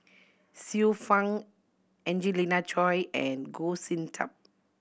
Xiu Fang Angelina Choy and Goh Sin Tub